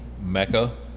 mecca